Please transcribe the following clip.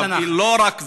לא רק זה.